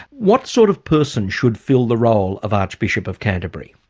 what sort of person should fill the role of archbishop of canterbury?